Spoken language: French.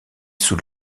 sous